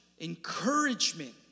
encouragement